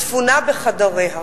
ספונה בחדריה.